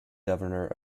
governor